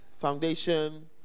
foundation